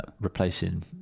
Replacing